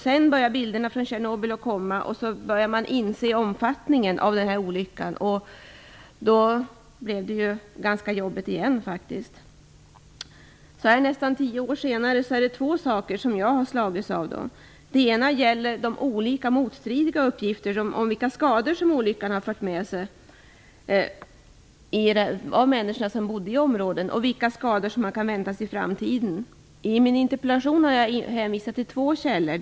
Sedan började bilderna från Tjernobyl att komma, och man började att inse omfattningen av olyckan, och då blev det ganska jobbigt igen. Nu nästan tio år senare har jag slagits av två saker. Den ena gäller de olika motstridiga uppgifterna om vilka skador som olyckan har fört med sig på de människor som bodde i området och vilka skador som kan väntas i framtiden. I min interpellation har jag hänvisat till två källor.